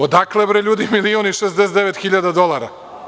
Odakle ljudi milion i 69 hiljada dolara?